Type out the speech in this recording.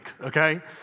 okay